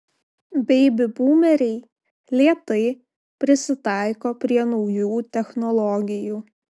beibi būmeriai lėtai prisitaiko prie naujų technologijų